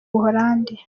buholandi